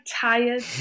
tired